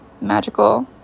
magical